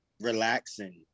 relaxing